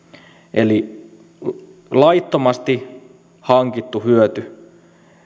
eli laittomasti hankittu hyöty